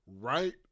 Right